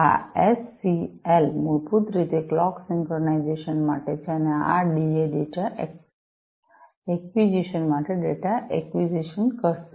આ એસસીએલ મૂળભૂત રીતે ક્લોક સિંક્રનાઇઝેશન માટે છે અને આ ડીએ ડેટા એક્વિઝિશન માટે ડેટા એક્વિઝિશન કરશે